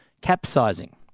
capsizing